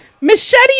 Machete